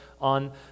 on